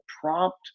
prompt